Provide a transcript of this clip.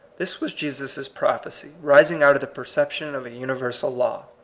this was jesus prophecy, rising out of the perception of a universal law.